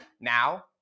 now